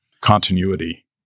continuity